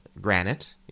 granite